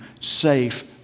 safe